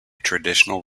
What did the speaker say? traditional